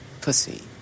pussy